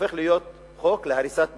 אלא הופך לחוק להריסת בתים,